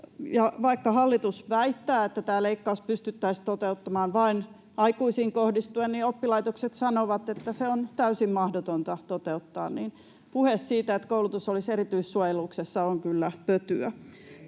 Vaikka hallitus väittää, että tämä leikkaus pystyttäisiin toteuttamaan vain aikuisiin kohdistuen, niin oppilaitokset sanovat, että se on täysin mahdotonta toteuttaa. Puhe siitä, että koulutus olisi erityissuojeluksessa, on kyllä pötyä.